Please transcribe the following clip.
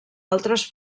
altres